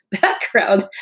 background